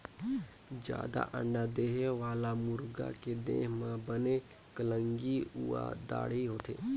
जादा अंडा देहे वाला मुरगी के देह म बने कलंगी अउ दाड़ी होथे